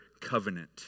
covenant